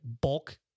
bulk